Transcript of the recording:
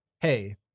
hey